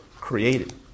created